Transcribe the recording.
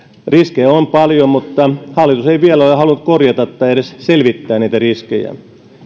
riskejä on paljon mutta hallitus ei vielä ole halunnut korjata tai edes selvittää niitä riskejä